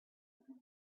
appear